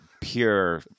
pure